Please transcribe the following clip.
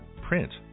print